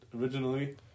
originally